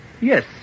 Yes